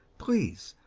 please,